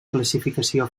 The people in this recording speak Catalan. classificació